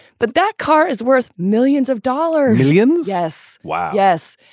but that car is worth millions of dollars million. yes. wow. yes.